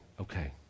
Okay